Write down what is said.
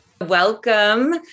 Welcome